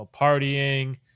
partying